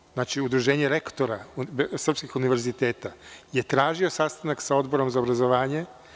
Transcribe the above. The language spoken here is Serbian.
KONUS, znači udruženje rektora srpskih univerziteta je tražio sastanak sa Odborom za obrazovanje.